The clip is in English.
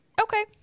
Okay